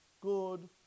good